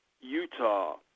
Utah